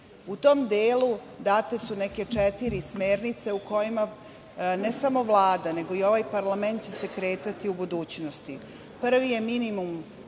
tom delu date su neke četiri smernice u kojima ne samo Vlada, nego i ovaj parlament će se kretati u budućnosti.